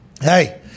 Hey